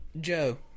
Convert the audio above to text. Joe